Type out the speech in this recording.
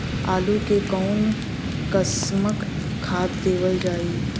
आलू मे कऊन कसमक खाद देवल जाई?